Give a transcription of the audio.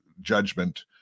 judgment